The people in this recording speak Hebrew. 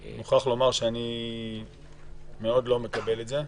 אני מוכרח לומר שאני מאוד לא מקבל את זה.